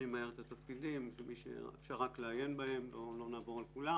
שלא נעבור על כולם.